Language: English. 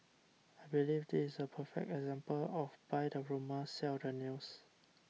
I believe this is a perfect example of buy the rumour sell the news